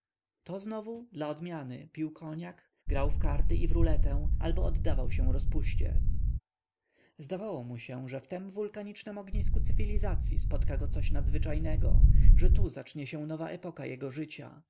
to znowu dla odmiany pił koniak grał w karty i w ruletę albo oddawał się rozpuście zdawało mu się że w tem wulkanicznem ognisku cywilizacyi spotka go coś nadzwyczajnego że tu zacznie się nowa epoka jego życia